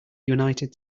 united